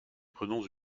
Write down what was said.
prenons